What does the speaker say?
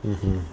mmhmm